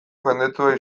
jendetsua